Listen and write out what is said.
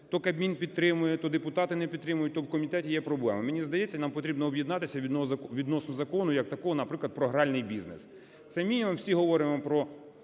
то Кабмін підтримує, то депутати не підтримують, то в комітеті є проблеми, - мені здається, нам потрібно об'єднатися відносно закону як такого, наприклад, про гральний бізнес. Це мінімум, всі говоримо про